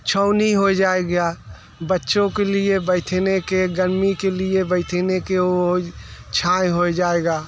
छाँव हो जाएगी बच्चों के लिए बैठने के गर्मी के लिए बैठने की वो छाँव हो जाएगी